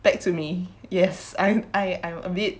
back to me yes I'm I I'm a bit